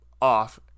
off